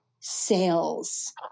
sales